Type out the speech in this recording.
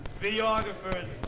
videographers